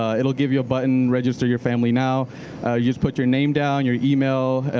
ah it will give you a button, register your family now. you just put your name down, your email,